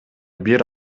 бир